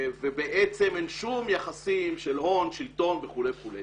ובעצם אין שום יחסים של הון שלטון וכו' וכו'.